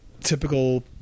typical